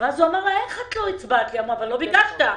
ואמרה שהוא לא ביקש שהיא